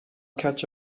catch